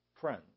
friends